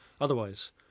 otherwise